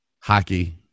hockey